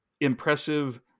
impressive